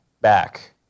back